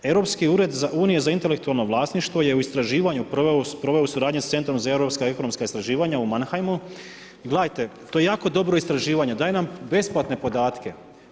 Europski ured unije za intelektualno vlasništvo je u istraživanju sproveo u suradnji s Centrom za europska ekonomska istraživanja u Meinheimu i gledajte to je jako dobro istraživanje, daje nam besplatne podatke.